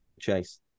Chase